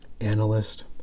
analyst